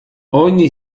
ogni